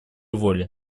воли